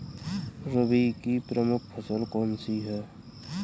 रबी की प्रमुख फसल कौन सी है?